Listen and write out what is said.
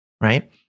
right